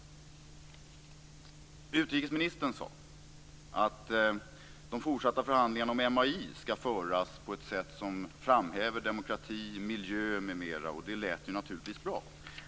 Utrikesministern sade att de fortsatta förhandlingarna om MAI skall föras på ett sätt som framhäver demokrati, miljö, m.m. Det lät naturligtvis bra.